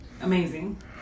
Amazing